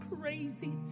crazy